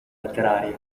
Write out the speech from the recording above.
letteraria